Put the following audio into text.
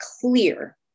clear